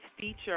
feature